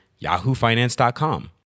yahoofinance.com